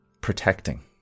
protecting